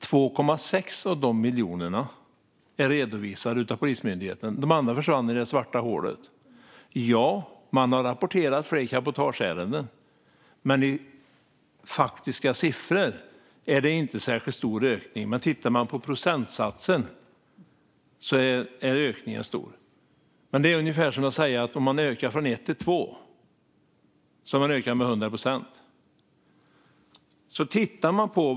2,6 av dessa miljoner har redovisats av Polismyndigheten. De andra försvann i det svarta hålet. Ja, man har rapporterat fler cabotageärenden. Men i faktiska siffror är det inte en särskilt stor ökning. Tittar man på procentsatsen ser man att ökningen är stor, men det är ungefär som att säga att man har ökat med 100 procent om man ökar från ett till två.